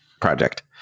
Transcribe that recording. project